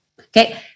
Okay